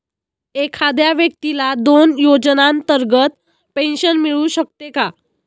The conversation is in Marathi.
एखाद्या व्यक्तीला दोन योजनांतर्गत पेन्शन मिळू शकते का?